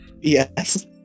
Yes